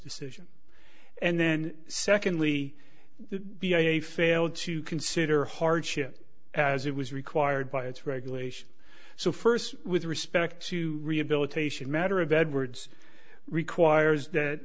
decision and then secondly the b i a failed to consider hardship as it was required by its regulations so first with respect to rehabilitation matter of edwards requires that